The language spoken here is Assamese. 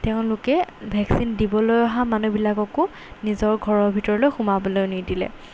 তেওঁলোকে ভেকচিন দিবলৈ অহা মানুহবিলাককো নিজৰ ঘৰৰ ভিতৰলৈ সোমাবলৈ নিদিলে